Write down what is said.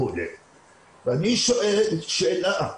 ואני שואל שאלה,